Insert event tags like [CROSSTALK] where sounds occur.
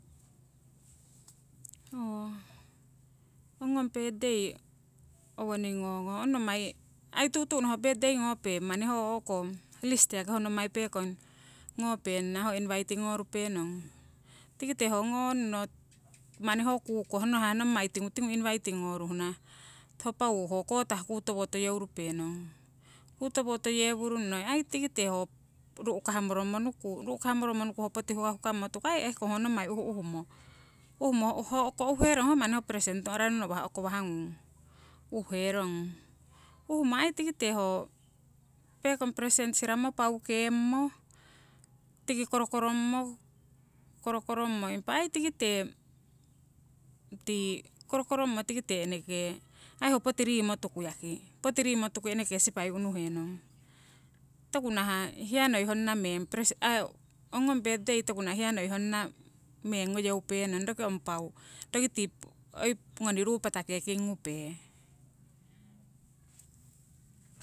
Ooh ho ngong birthday owoning ngongong ong nommai, [UNINTELLIGIBLE] aii tu'tu'no ho birthday ngope manni ho o'ko list ho nommai pekong ngopenana ho inviting ngorupenong. Tikite ho ngonno manni ho kukoh nahah nommai tingu tingu inviting ngoruhna ho pau ho kotah kuutowo toyeurupe nong. Kuutowo toyewurungno ai tikite ho ru'kah moromonuku, ru'kah moromonuku ho poti hukahukammo tuku ai ehkong ho nommai uhuhumo, uhumo hoko uhuherong manni ho present no'rano ngawah ukowahngung uhuherong. Uhumo ai tikite ho pekong present siramo paukemmo, tiki korokorommo, korokorommo impa ai tikite tii korokorommo tikite eneke ai ho poti rimo tuku yaki, poti rimo tuku eneke sipai unuhenong. Toku nahah hiya honna meng pres, aii ong ngong birthday toku nah hiya noi honna meng ngoyeupenong roki ong pau, roki tii oi ngoni ruu patake kingkupe.